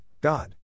God